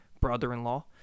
brother-in-law